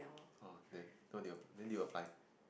oh then what did you then did you apply